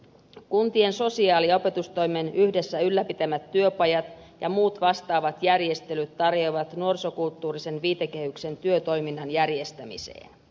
kuntien sosiaali ja opetustoimen yhdessä ylläpitämät työpajat ja muut vastaavat järjestelyt tarjoavat nuorisokulttuurisen viitekehyksen työtoiminnan järjestämiseen